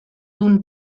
d’un